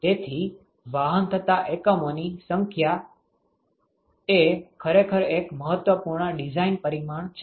તેથી વાહન થતા એકમોની સંખ્યા એ ખરેખર એક મહત્વપૂર્ણ ડિઝાઇન પરિમાણ છે